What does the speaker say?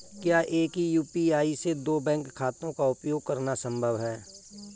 क्या एक ही यू.पी.आई से दो बैंक खातों का उपयोग करना संभव है?